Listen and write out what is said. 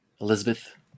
Elizabeth